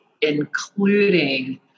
including